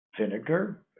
vinegar